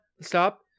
Stop